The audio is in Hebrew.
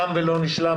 תם ולא נשלם.